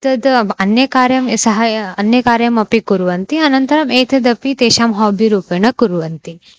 तद् अन्यकार्यं सः या अन्यकार्यमपि कुर्वन्ति अनन्तरम् एतदपि तेषां होबिरूपेण कुर्वन्ति